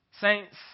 Saints